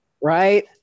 right